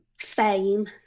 fame